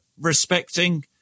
respecting